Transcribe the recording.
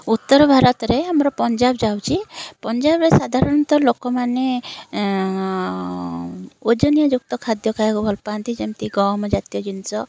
ଉତ୍ତର ଭାରତରେ ଆମର ପଞ୍ଜାବ ଯାଉଛି ପଞ୍ଜାବରେ ସାଧାରଣତଃ ଲୋକମାନେ ଓଜନିଆ ଯୁକ୍ତ ଖାଦ୍ୟ ଖାଇବାକୁ ଭଲ ପାଆନ୍ତି ଯେମତି ଗହମ ଜାତୀୟ ଜିନିଷ